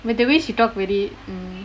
but the way she talk already mm